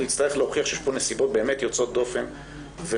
הוא יצטרך להוכיח שיש פה באמת נסיבות יוצאות דופן וחריגות.